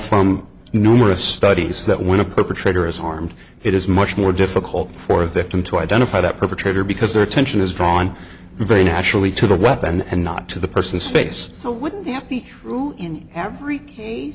from numerous studies that when a perpetrator is armed it is much more difficult for a victim to identify the perpetrator because their attention is drawn very naturally to the weapon and not to the person's face so would be happy to in every case